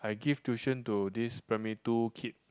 I give tuition to this primary two kid